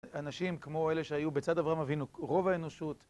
אנשים כמו אלה שהיו בצד אברהם אבינו, רוב האנושות,